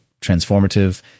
transformative